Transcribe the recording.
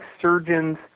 surgeons